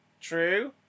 True